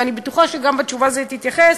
ואני בטוחה שגם בתשובה הזאת תתייחס,